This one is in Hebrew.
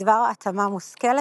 בדבר "התאמה מושכלת"